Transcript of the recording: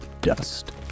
dust